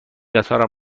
قطارم